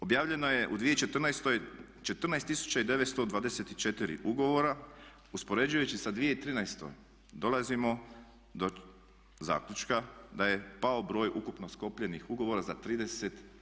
Objavljeno je u 2014. 14 924 ugovora, uspoređujući sa 2013. dolazimo do zaključka da je pao broj ukupno sklopljenih ugovora za 30%